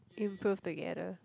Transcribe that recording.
improve together